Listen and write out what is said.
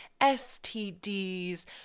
STDs